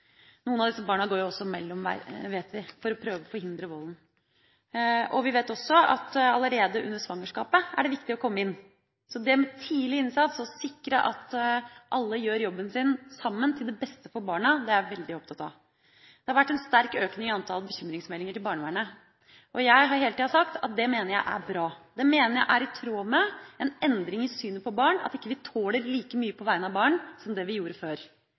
noen ting. Noen av disse barna går jo også mellom, vet vi, for å prøve å forhindre volden. Vi vet også at det er viktig å komme inn allerede under svangerskapet. Så det med tidlig innsats og å sikre at alle gjør jobben sin sammen til det beste for barna, er jeg veldig opptatt av. Det har vært en sterk økning i antallet bekymringsmeldinger til barnevernet. Jeg har hele tida sagt at det mener jeg er bra. Jeg mener det er i tråd med en endring i synet på barn at vi ikke tåler så mye på vegne av barn som det vi gjorde før.